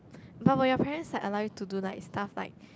but will your parents like allow you to do like stuff like